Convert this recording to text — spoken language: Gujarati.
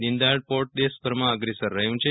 દીન દયાળ પોર્ટ દેશભરમાં અગ્રેસર રહ્યું છે